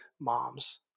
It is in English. moms